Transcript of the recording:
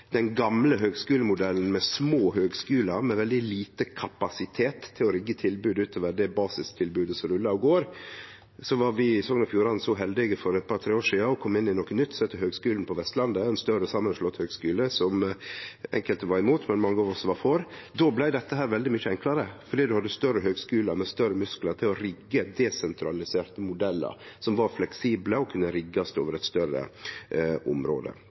den gamle høgskulemodellen med små høgskular med veldig liten kapasitet til å rigge tilbod utover det basistilbodet som rulla og gjekk. Vi var i Sogn og Fjordane så heldige for eit par–tre år sidan å kome inn i noko nytt, som heiter Høgskulen på Vestlandet, ein større samanslått høgskule som enkelte var imot, men mange også var for. Då blei dette veldig mykje enklare, fordi ein hadde ein større høgskule med større musklar til å rigge desentraliserte modellar, som var fleksible og kunne riggast over eit større område.